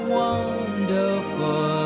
wonderful